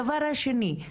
הדבר השני,